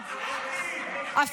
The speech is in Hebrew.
אלקין, שר המינהלות, התקלקל המיקרופון.